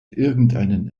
irgendeinen